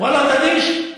ואללה, תגיש.